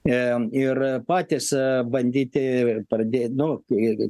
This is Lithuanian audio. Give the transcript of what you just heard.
ėm ir patys e bandyti ir pradė nu kai jeigu